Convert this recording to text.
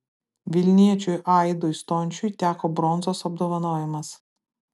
vilniečiui aidui stončiui teko bronzos apdovanojimas